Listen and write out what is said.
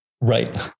Right